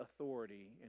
authority